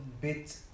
bit